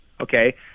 Okay